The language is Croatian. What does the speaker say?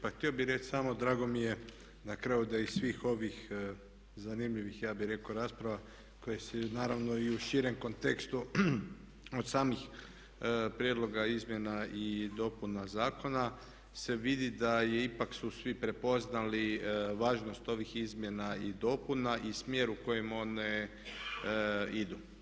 Pa htio bi reći samo drago mi je na kraju da iz svih ovih zanimljivih ja bih rekao rasprava koje su naravno i u širem kontekstu od samih prijedloga izmjena i dopuna zakona se vidi da su ipak svi prepoznali važnost ovih izmjena i dopuna i smjer u kojem one idu.